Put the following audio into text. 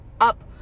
up